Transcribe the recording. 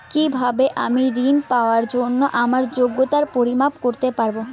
কিভাবে আমি ঋন পাওয়ার জন্য আমার যোগ্যতার পরিমাপ করতে পারব?